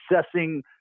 assessing